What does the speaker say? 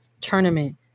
tournament